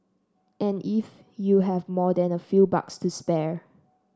and if you have more than a few bucks to spare